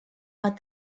but